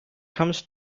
comes